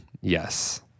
Yes